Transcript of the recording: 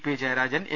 P Jayarajan A